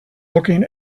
looking